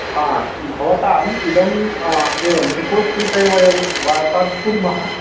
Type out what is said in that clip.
हा भवताम् इदं एवं रिपोर्ट्स् विषये वयं वार्तां कुर्मः